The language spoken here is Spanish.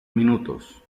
minutos